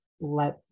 let